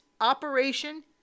Operation